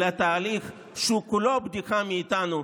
לתהליך שהוא כולו בדיחה מאיתנו,